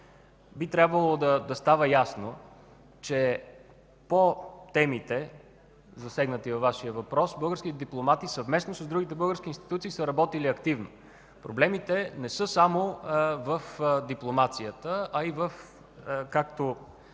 би трябвало да става ясно, че по темите засегнати във Вашия въпрос, българските дипломати съвместно с другите български институции са работили активно. Проблемите не са само в дипломацията, а и както